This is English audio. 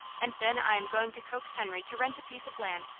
and then i am going to coax henry to rent a piece of land,